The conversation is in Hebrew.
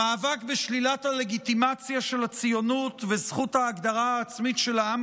המאבק בשלילת הלגיטימציה של הציונות וזכות ההגדרה העצמית של העם